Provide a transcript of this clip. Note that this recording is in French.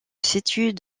situent